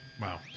Wow